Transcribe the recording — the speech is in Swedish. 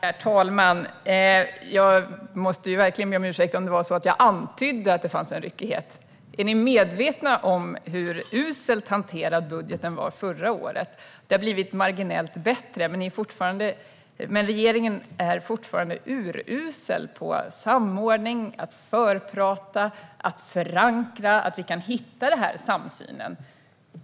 Herr talman! Jag måste verkligen be om ursäkt om det var så att jag antydde att det fanns en ryckighet. Är ni medvetna om hur uselt hanterad budgeten var förra året? Det har blivit marginellt bättre, men regeringen är fortfarande urusel på samordning, att samtala på förhand, att förankra och att hitta samsyn.